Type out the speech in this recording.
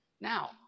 Now